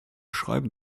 schreiben